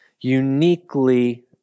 uniquely